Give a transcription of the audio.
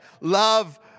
love